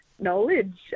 knowledge